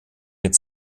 mit